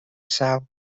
south